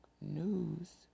news